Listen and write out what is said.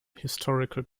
historical